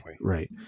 Right